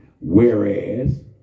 whereas